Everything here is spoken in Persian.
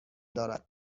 دارد